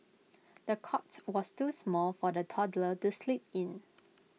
the cots was too small for the toddler to sleep in